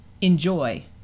enjoy